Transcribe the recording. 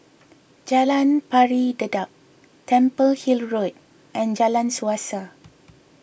Jalan Pari Dedap Temple Hill Road and Jalan Suasa